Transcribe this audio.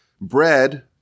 Bread